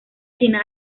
china